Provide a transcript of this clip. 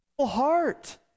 heart